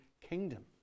kingdom